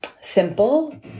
simple